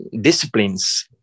disciplines